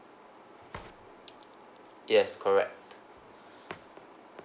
yes correct